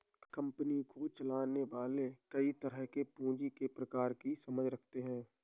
company को चलाने वाले कई तरह के पूँजी के प्रकारों की समझ रखते हैं